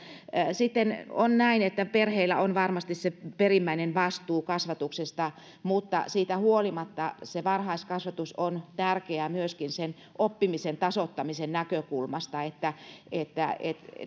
sitten on näin että perheillä on varmasti se perimmäinen vastuu kasvatuksesta mutta siitä huolimatta varhaiskasvatus on tärkeää myöskin oppimisen tasoittamisen näkökulmasta niin